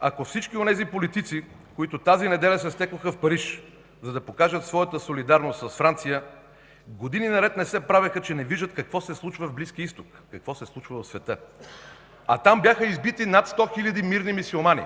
ако всички онези политици, които тази неделя се стекоха в Париж, за да покажат своята солидарност с Франция, години наред не се правеха, че не виждат какво се случва в Близкия Изток, какво се случва в света. А там бяха избити над 100 хиляди мирни мюсюлмани,